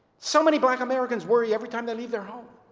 so many black americans worry every time they leave their homes